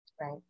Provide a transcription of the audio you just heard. Right